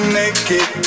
naked